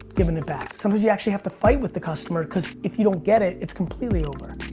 giving it back. sometimes you actually have to fight with the customer. cause if you don't get it, it's completely over.